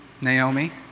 Naomi